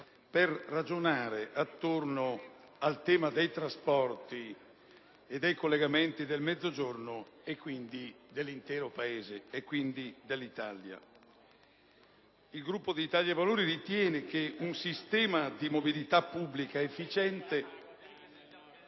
per ragionare attorno al tema dei trasporti e dei collegamenti del Mezzogiorno, quindi dell'intero Paese, dell'Italia. Il Gruppo dell'Italia dei Valori ritiene che un sistema di mobilità pubblica efficiente